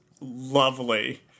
lovely